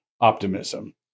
optimism